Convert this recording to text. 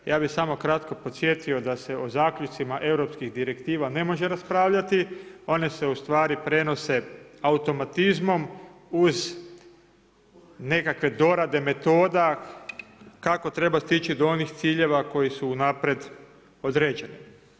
Ja bi samo kratko podsjetio da se o zaključcima europskih direktiva ne može raspravljati, one se ustvari, one se ustvari prenose automatizmom, uz nekakve dorade metoda kako treba stići do onih ciljeva koji su unaprijed određeni.